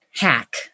hack